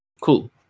Cool